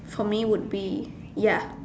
for me would be ya